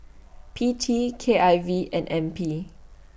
P T K I V and N P